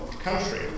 country